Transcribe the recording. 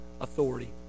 authority